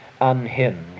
unhinged